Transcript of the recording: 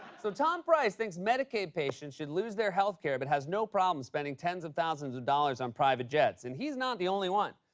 so, tom price thinks medicaid patients should lose their health care, but has no problem spending tens of thousands of dollars on private jets. and he's not the only one.